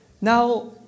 now